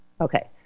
Okay